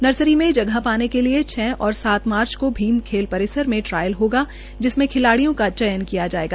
नर्सनी मे जगह पाने के लिये छ और सात मार्च को भीव खेल परिसर मे ट्रायल होगा जिसमें खिलाड्यियों का चयन कियाजायेगा